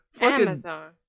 Amazon